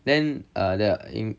then uh in